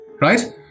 right